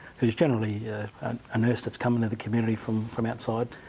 who's generally a nurse that's come into the community from from outside.